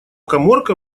каморка